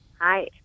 hi